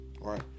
right